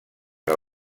que